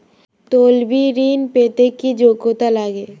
তলবি ঋন পেতে কি যোগ্যতা লাগে?